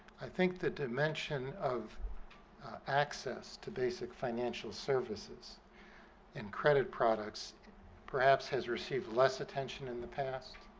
i think that a mention of access to basic financial services and credit products perhaps has received less attention in the past?